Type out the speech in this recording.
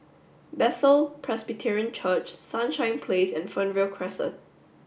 Bethel Presbyterian Church Sunshine Place and Fernvale Crescent